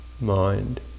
mind